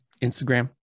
instagram